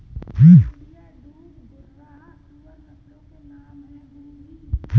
पूर्णिया, डूम, घुर्राह सूअर नस्लों के नाम है गुरु जी